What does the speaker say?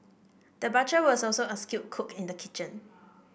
the butcher was also a skilled cook in the kitchen